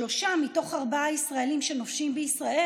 שלושה מתוך ארבעה ישראלים שנופשים בישראל